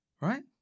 right